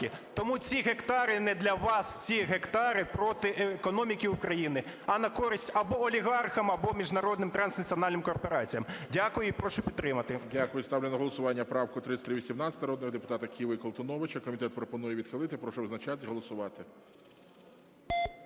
Тому ці гектари не для вас, ці гектари проти економіки України, а на користь або олігархам, або міжнародним транснаціональним корпораціям. Дякую. І прошу підтримати.